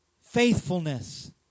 faithfulness